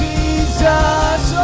Jesus